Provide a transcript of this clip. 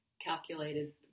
calculated